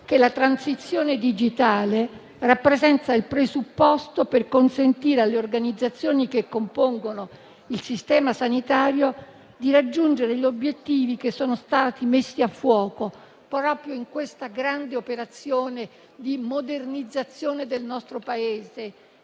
che la transizione digitale rappresenta il presupposto per consentire alle organizzazioni che compongono il Sistema sanitario nazionale di raggiungere gli obiettivi che sono stati messi a fuoco proprio nella grande operazione di modernizzazione del nostro Paese,